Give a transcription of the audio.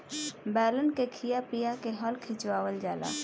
बैलन के खिया पिया के हल खिचवावल जाला